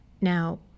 Now